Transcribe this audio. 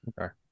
okay